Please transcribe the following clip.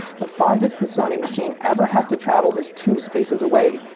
the farthest the sony machine ever has to travel is two spaces away,